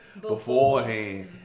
beforehand